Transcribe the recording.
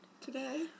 today